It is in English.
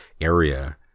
area